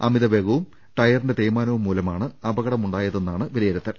അമി തവേഗവും ടയറിന്റെ തേയ്മാനവും മൂലവുമാണ് അപകടമുണ്ടായതെന്നാണ് വിലയിരുത്തൽ